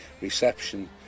reception